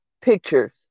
pictures